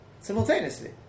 simultaneously